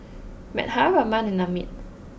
Medha Raman and Amit